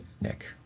Nick